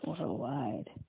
worldwide